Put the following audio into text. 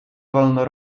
wolno